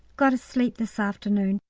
got a sleep this afternoon,